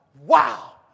Wow